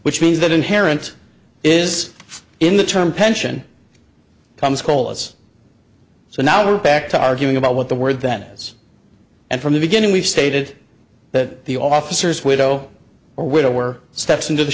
which means that inherent is in the term pension comes colas so now we're back to arguing about what the word venice and from the beginning we've stated that the officers widow or widower steps into the